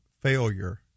failure